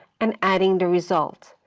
and adding the result.